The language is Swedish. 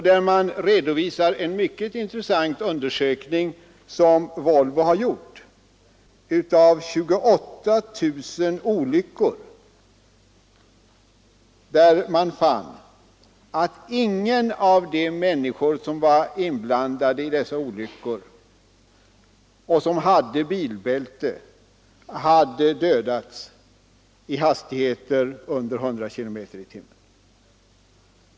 Där redovisas också en mycket intressant undersökning som Volvo har gjort av 28 000 olyckor. Man fann att ingen av de människor som var inblandade i dessa olyckor och som använt bilbälte hade dödats i hastigheter under 100 km/tim.